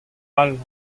all